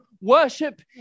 Worship